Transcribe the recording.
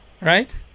Right